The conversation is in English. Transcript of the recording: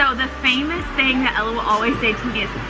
so the famous thing that ella would always say is,